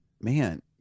man